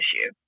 issue